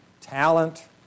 talent